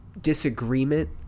disagreement